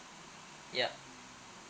ya